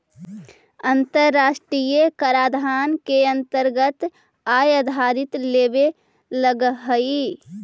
अन्तराष्ट्रिय कराधान के अन्तरगत आय आधारित लेवी लगअ हई